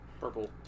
Purple